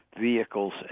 vehicles